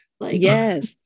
Yes